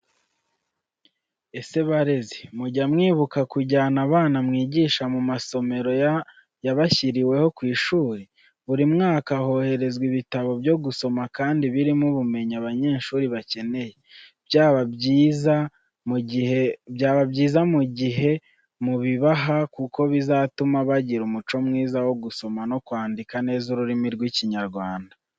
Ese barezi, mujya mwibuka kujyana abana mwigisha mu masomero y'abashyiriweho ku ishuri? Buri mwaka hoherezwa ibitabo byo gusoma kandi birimo ubumenyi abanyeshuri bakeneye. Byaba byiza mugiye mu bibaha kuko bizatuma bagira umuco mwiza wo gusoma no kwanika neza ururimi rw'ikinyarwanda.